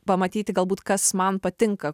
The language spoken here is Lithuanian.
pamatyti galbūt kas man patinka